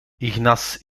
ignace